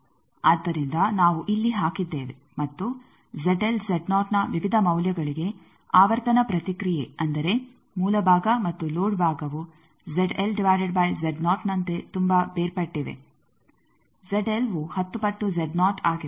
ಆದ್ದರಿಂದ ನಾವು ಇಲ್ಲಿ ಹಾಕಿದ್ದೇವೆ ಮತ್ತು ನ ವಿವಿಧ ಮೌಲ್ಯಗಳಿಗೆ ಆವರ್ತನ ಪ್ರತಿಕ್ರಿಯೆ ಅಂದರೆ ಮೂಲ ಭಾಗ ಮತ್ತು ಲೋಡ್ ಭಾಗವು ನಂತೆ ತುಂಬಾ ಬೇರ್ಪಟ್ಟಿವೆ ವು 10 ಪಟ್ಟು ಆಗಿದೆ